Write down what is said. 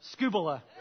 scubola